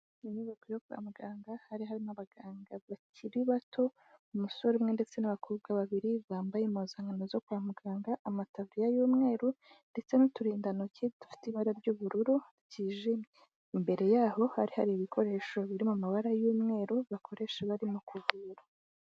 Inyubako yo kwa muganga, hari n'abaganga bakiri bato, umusore umwe ndetse n'abakobwa babiri, bambaye impuzankano zo kwa muganga, amataburiya y'umweru ndetse n'uturindantoki dufite ibara ry'ubururu, ryijimye. Imbere yaho hari hari ibikoresho biri mu mabara y'umweru, bakoresha barimo kuvura.